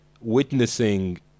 witnessing